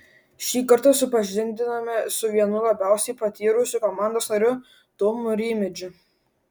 šį kartą supažindiname su vienu labiausiai patyrusių komandos narių tomu rimydžiu